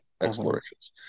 explorations